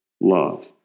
love